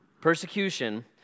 persecution